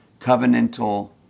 covenantal